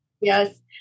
Yes